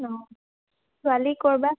ছোৱালী ক'ৰবা